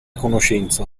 conoscenza